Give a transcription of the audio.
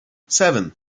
seven